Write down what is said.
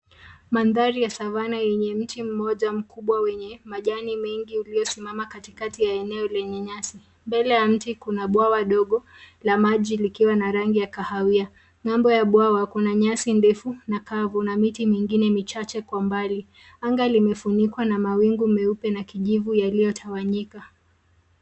Mandhari ya savana yenye mti mmoja mkubwa wenye majani mengi uliyosimama katikati ya eneo lenye nyasi. Mbele ya mti kuna bwawa dogo la maji likiwa na rangi ya kahawia. Ng'ambo ya bwawa kuna nyasi ndefu na kavu na miti mingine michache kwa mbali. Anga limefunikwa na mawingu meupe na kijivu yaliyotawanyika.